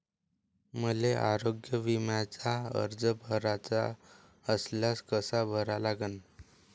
मले आरोग्य बिम्याचा अर्ज भराचा असल्यास कसा भरा लागन?